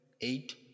eight